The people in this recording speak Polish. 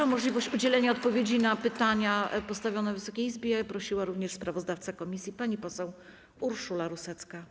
O możliwość udzielenia odpowiedzi na pytania postawione Wysokiej Izbie prosiła również sprawozdawca komisji pani poseł Urszula Rusecka.